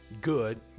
good